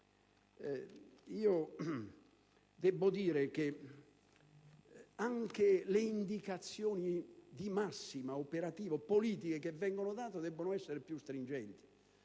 Debbo dire che anche le indicazioni di massima, operative e politiche, che vengono date debbono essere più stringenti.